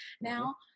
now